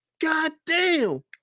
Goddamn